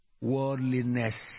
Worldliness